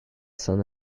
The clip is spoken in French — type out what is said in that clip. saint